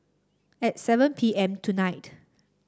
at seven P M tonight